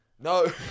No